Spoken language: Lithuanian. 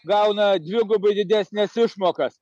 gauna dvigubai didesnes išmokas